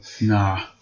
Nah